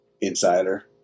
insider